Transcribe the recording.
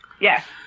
Yes